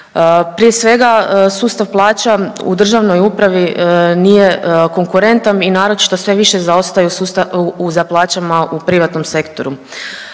Prije svega sustav plaća u državnoj upravi nije konkurentan i naročito sve više zaostaje u susta…, za plaćama u privatnom sektoru.